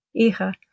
Hija